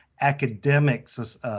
academics